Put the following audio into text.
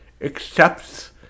accepts